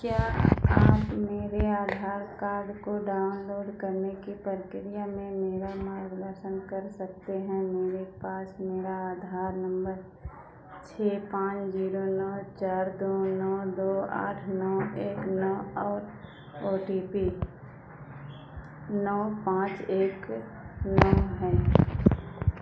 क्या आप मेरे आधार कार्ड को डाउनलोड करने की प्रक्रिया में मेरा मार्गदर्शन कर सकते हैं मेरे पास मेरा आधार नम्बर छः पाँच जीरो नौ चार दो नौ दो आठ नौ एक नौ और ओ टी पी नौ पाँच एक नौ है